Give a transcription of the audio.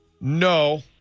No